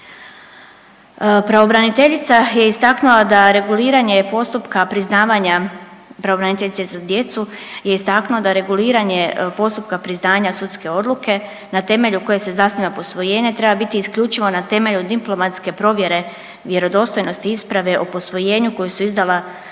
pravobraniteljica za djecu, je istaknula da reguliranje postupka priznanja sudske odluke na temelju koje se zasniva posvojenje treba biti isključivo na temelju diplomatske provjere vjerodostojnosti isprave o posvojenju koju su izdala